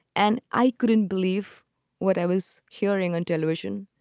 and i couldn't believe what i was hearing on television.